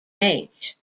age